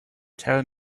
tell